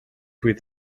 with